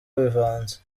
bivanze